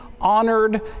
honored